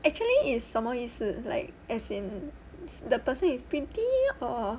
actually is 什么意思 like as in the person is pretty or